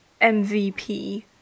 MVP